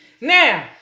Now